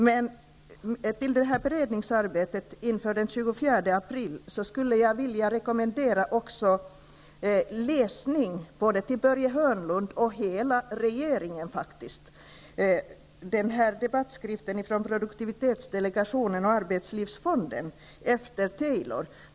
Med tanke på beredningsarbetet inför den 24 april skulle jag vilja rekommendera både Börje Hörnlund och hela regeringen att läsa debattskriften från produktivitetsdelegationen och arbetslivsfonden.